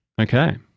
Okay